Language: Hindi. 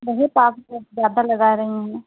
नहीं तो आप ज़्यादा लगा रही हैं